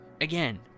again